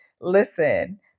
listen